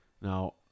Now